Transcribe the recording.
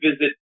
visit